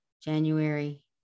January